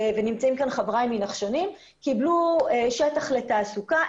ונמצאים כאן חבריי מנחשונים, קיבלו שטח לתעסוקה.